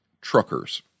truckers